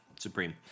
Supreme